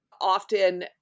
Often